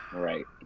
right.